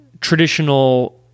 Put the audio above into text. traditional